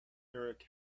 erik